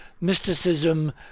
mysticism